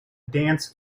dance